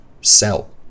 sell